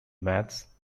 maths